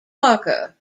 barker